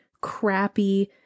crappy